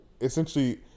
essentially